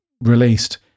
released